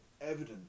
evident